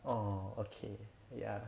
orh okay ya